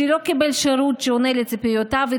שלא קיבל שירות שעונה על ציפיותיו,